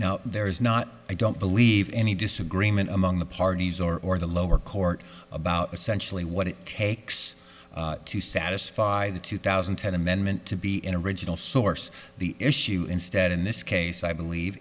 now there is not i don't believe any disagreement among the parties or the lower court about essentially what it takes to satisfy the two thousand and ten amendment to be in original source the issue instead in this case i believe